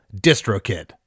DistroKid